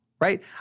right